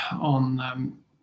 on